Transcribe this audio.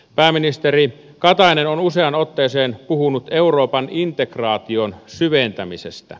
pääministeri katainen on useaan otteeseen puhunut euroopan integraation syventämisestä